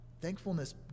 thankfulness